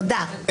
תודה.